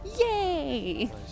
Yay